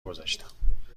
گذاشتم